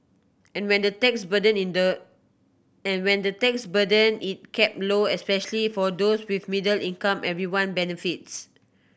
and when the tax burden in the and when the tax burden is kept low especially for those with middle income everyone benefits